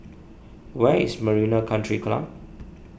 where is Marina Country Club